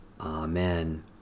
Amen